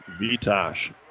Vitosh